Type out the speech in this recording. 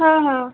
हां हां